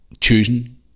choosing